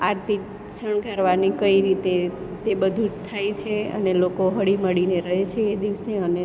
આરતી શણગારવાની કઈ રીતે તે બધું જ થાય છે અને લોકો હળી મળીને રહે છે એ દિવસે અને